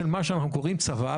אנחנו לא מדברים פה על צד שלילי